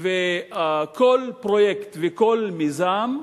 וכל פרויקט וכל מיזם,